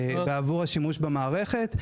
בעבור השימוש במערכת,